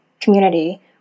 community